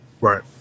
right